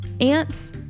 ants